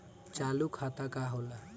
चालू खाता का होला?